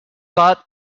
got